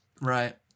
right